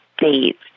states